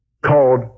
called